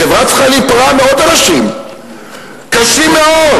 החברה צריכה להיפרע מעוד אנשים קשים מאוד,